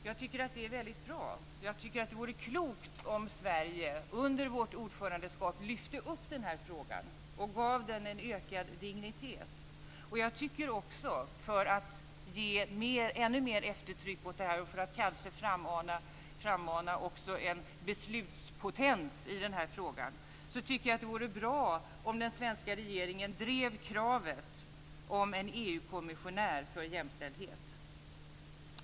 Jag tycker att det är väldigt bra och tycker att det vore klokt om Sverige under vårt ordförandeskap lyfte upp frågan och gav den ökad dignitet. Jag tycker också, för att ge ännu mer eftertryck åt det här och för att kanske också frammana en beslutspotens i frågan, att det vore bra om den svenska regeringen drev kravet om en EU-kommissionär för jämställdhet.